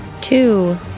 Two